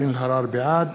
בעד